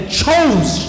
chose